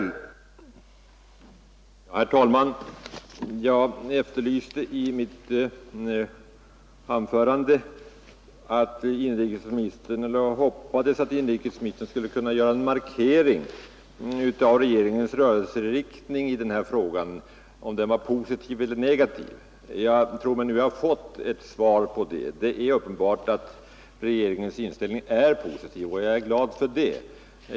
Herr talman! Jag uttryckte i mitt förra anförande den förhoppningen att inrikesministern skulle kunna markera regeringens rörelseriktning i denna fråga, om den gick i positiv eller negativ riktning. Jag tror mig nu ha fått ett svar: regeringens inställning är uppenbarligen positiv, och det är jag glad för.